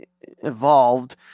evolved